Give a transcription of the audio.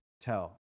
tell